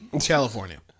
California